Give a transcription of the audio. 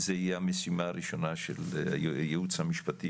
זה יהיה המשימה הראשונה של הייעוץ המשפטי